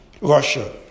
Russia